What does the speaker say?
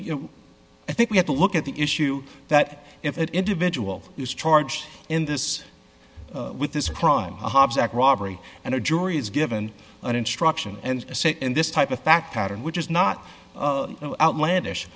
know i think we have to look at the issue that if that individual is charged in this with this crime hobbs act robbery and a jury is given an instruction and a say in this type of fact pattern which is not outlandish